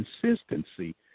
consistency